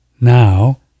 now